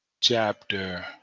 chapter